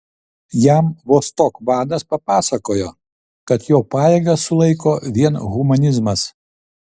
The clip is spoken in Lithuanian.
jam vostok vadas papasakojo kad jo pajėgas sulaiko vien humanizmas